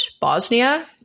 Bosnia